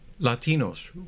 Latinos